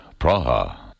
Praha